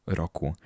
roku